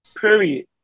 period